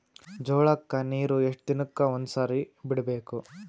ಜೋಳ ಕ್ಕನೀರು ಎಷ್ಟ್ ದಿನಕ್ಕ ಒಂದ್ಸರಿ ಬಿಡಬೇಕು?